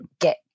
get